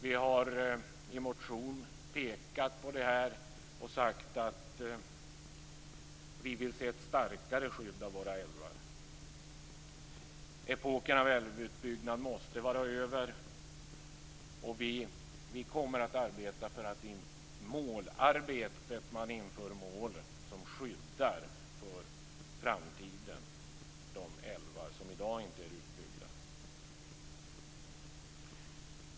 Vi har i motion pekat på det här och sagt att vi vill se ett starkare skydd av våra älvar. Epoken av älvutbyggnad måste vara över, och vi kommer att arbeta för att man inför mål som skyddar de älvar som i dag inte är utbyggda för framtiden.